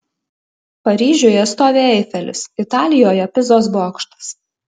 paryžiuje stovi eifelis italijoje pizos bokštas